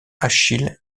achille